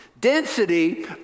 Density